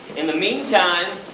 in the meantime,